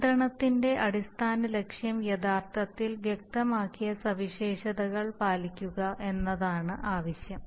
നിയന്ത്രണത്തിന്റെ അടിസ്ഥാന ലക്ഷ്യം യഥാർത്ഥത്തിൽ വ്യക്തമാക്കിയ സവിശേഷതകൾ പാലിക്കുക എന്നതാണ് ആവശ്യം